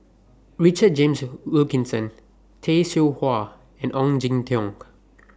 Richard James Wilkinson Tay Seow Huah and Ong Jin Teong